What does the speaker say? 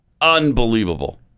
unbelievable